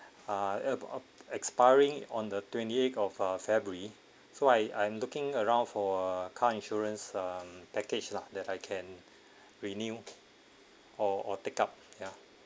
ah expiring on the twenty eighth of uh february so I I'm looking around for a car insurance um package lah that I can renew or or take up yeah